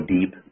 deep